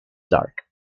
dark